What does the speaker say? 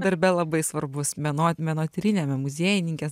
darbe labai svarbus meno menotyriniame muziejininkės